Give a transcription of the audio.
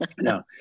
No